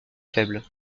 faible